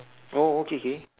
oh okay okay